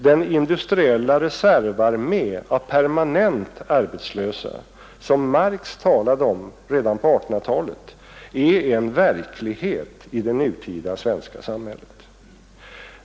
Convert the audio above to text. Den industriella reservarmé av permanent arbetslösa som Marx talade om redan på 1800-talet är en verklighet i det nutida svenska samhället.